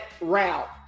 route